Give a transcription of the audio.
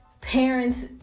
parents